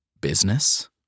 business